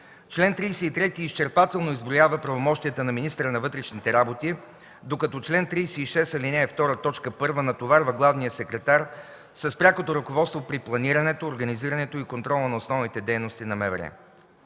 Член 33 изчерпателно изброява правомощията на министъра на вътрешните работи, докато чл. 36, ал. 2, т. 1 натоварва главния секретар с прякото ръководство при планирането, организирането и контрола на основните дейности на МВР.